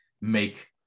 make